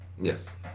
Yes